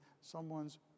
someone's